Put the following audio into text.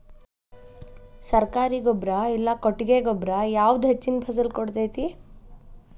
ಸರ್ಕಾರಿ ಗೊಬ್ಬರ ಇಲ್ಲಾ ಕೊಟ್ಟಿಗೆ ಗೊಬ್ಬರ ಯಾವುದು ಹೆಚ್ಚಿನ ಫಸಲ್ ಕೊಡತೈತಿ?